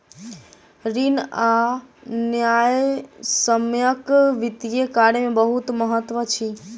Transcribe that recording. ऋण आ न्यायसम्यक वित्तीय कार्य में बहुत महत्त्व अछि